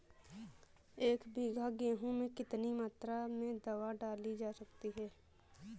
एक बीघा गेहूँ में कितनी मात्रा में दवा डाली जा सकती है?